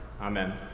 Amen